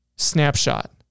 snapshot